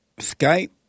Skype